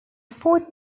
fort